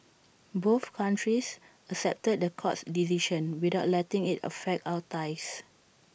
both countries accepted the court's decision without letting IT affect our ties